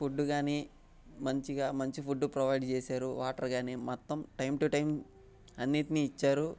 food కానీ మంచిగా మంచి ఫుడ్ ప్రొవైడ్ చేసారు వాటర్ కానీ మొత్తం టైం టూ టైం అన్నిటినీ ఇచ్చారు